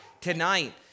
tonight